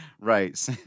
right